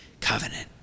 covenant